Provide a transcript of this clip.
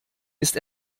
ist